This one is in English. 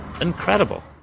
incredible